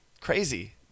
crazy